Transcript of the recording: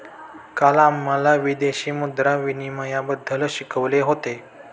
काल आम्हाला विदेशी मुद्रा विनिमयबद्दल शिकवले होते